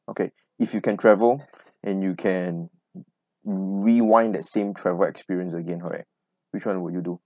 okay if you can travel and you can rewind that same travel experience again correct which [one] would you do